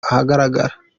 ahagaragara